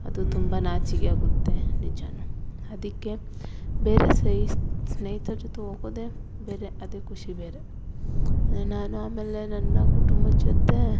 ಅದು ತುಂಬ ನಾಚಿಕೆ ಆಗುತ್ತೆ ನಿಜಾ ಅದಕ್ಕೆ ಬೇರೆ ಸ್ನೇಹಿತರ್ ಜೊತೆ ಹೋಗೋದೆ ಬೇರೆ ಅದೇ ಖುಷಿ ಬೇರೆ ನಾನು ಆಮೇಲೆ ನನ್ನ ಕುಟುಂಬದ್ ಜೊತೆ